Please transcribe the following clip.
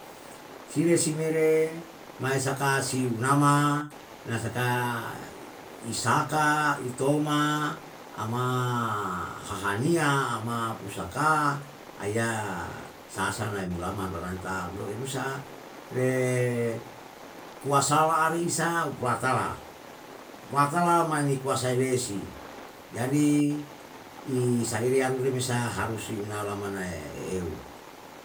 Sire si mere, mae saka si unama na saka isaka, itoma, ama hahaniya, ama pusaka, aya sasae nae mulama hanu nanam tam, lo renusa re kuasa alarisa upulatala, upulatala mani kuasai lesi, jadi isaire yaru remesa harusi unaelama nae eu